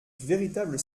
véritable